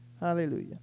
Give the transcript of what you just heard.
Hallelujah